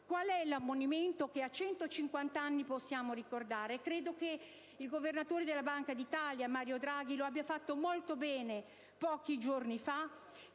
Qual è l'ammonimento che a 150 anni possiamo ricordare? Il Governatore della Banca d'Italia, Mario Draghi, lo abbia detto molto bene pochi giorni fa,